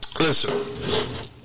listen